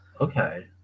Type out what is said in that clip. okay